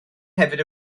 hefyd